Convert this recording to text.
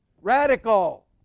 Radical